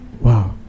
Wow